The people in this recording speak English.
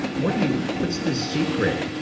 what do you, what's the secret?